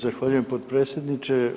Zahvaljujem potpredsjedniče.